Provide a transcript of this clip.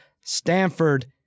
Stanford